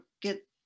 get